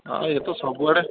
ହଁ ଇଏ ତ ସବୁଆଡ଼େ